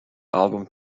album